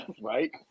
Right